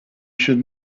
should